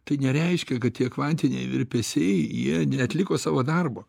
tai nereiškia kad tie kvantiniai virpesiai jie neatliko savo darbo